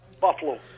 Buffalo